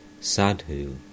Sadhu